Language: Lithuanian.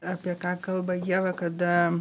apie ką kalba ieva kada